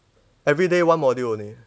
everyday one module only